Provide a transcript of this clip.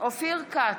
אופיר כץ,